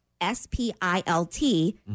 s-p-i-l-t